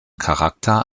charakter